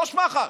ראש מח"ש.